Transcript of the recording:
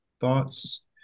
thoughts